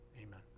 amen